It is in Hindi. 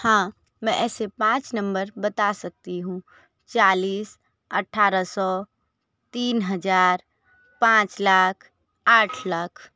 हाँ मैं ऐसे पाँच नंबर बता सकती हूँ चालीस अठारह सौ तीन हज़ार पाँच लाख आठ लाख